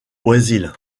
brésil